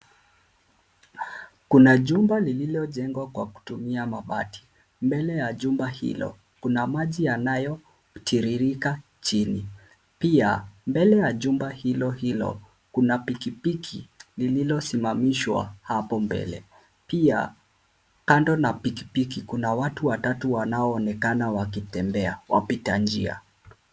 Kuna jumba lililojengwa kwa kutumia mabati mbele ya jumba hilo kuna maji yanayotiririka chini. Pia mbele ya jumba hilo hilo kuna pikipiki lililosimamishwa hapo mbele. Pia kando na pikipiki kuna watu watatu wanaoonekana wakitembea wapita njia.